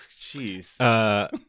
jeez